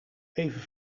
even